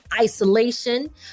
isolation